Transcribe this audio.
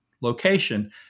location